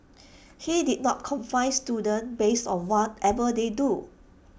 he did not confine students based on whatever they drew